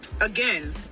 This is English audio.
again